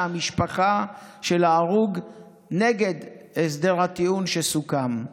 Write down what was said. המשפחה של ההרוג נגד הסדר הטיעון שסוכם.